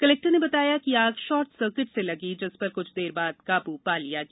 collector ने बताया कि आग शॉर्ट सर्किट से लगी थी जिस पर कुछ देर बाद काबू पा लिया गया